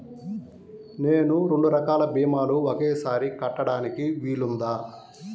నేను రెండు రకాల భీమాలు ఒకేసారి కట్టడానికి వీలుందా?